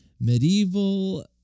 medieval